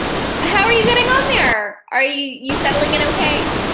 how are you getting on there? are you you settling in okay?